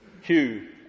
Hugh